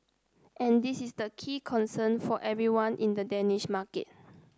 and this is the key concern for everyone in the Danish market